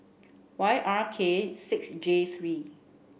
Y R K six J three